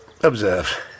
observe